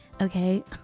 Okay